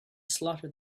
slaughter